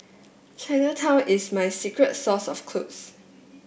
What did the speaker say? Chinatown is my secret source of clothes